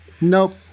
Nope